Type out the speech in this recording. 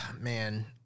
man